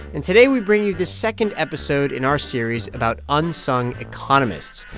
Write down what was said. and today we bring you the second episode in our series about unsung economists.